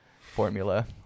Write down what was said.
formula